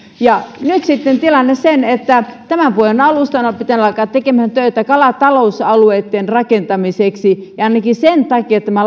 nyt sitten tilanne on se että tämän vuoden alusta on pitänyt alkaa tekemään töitä kalatalousalueitten rakentamiseksi ja ainakin sen takia tämä